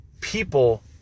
people